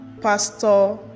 pastor